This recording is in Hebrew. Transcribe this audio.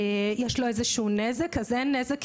ושיש לו איזה שהוא נזק: אין נזק,